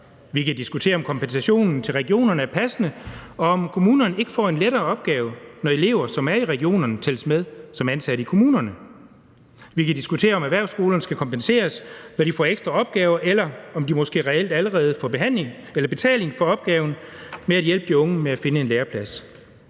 Vi kan diskutere, om kompensationen til regionerne er passende, og om kommunerne ikke får en lettere opgave, når elever, som er i regionerne, tælles med som ansatte i kommunerne. Vi kan diskutere, om erhvervsskolerne skal kompenseres, når de får ekstra opgaver, eller om de måske reelt allerede får betaling for opgaven med at hjælpe de unge med at finde en læreplads